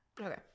Okay